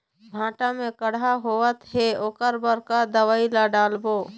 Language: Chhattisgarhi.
भांटा मे कड़हा होअत हे ओकर बर का दवई ला डालबो?